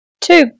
two